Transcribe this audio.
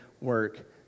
work